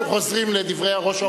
אנחנו חוזרים לדברי ראש האופוזיציה.